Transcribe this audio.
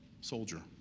soldier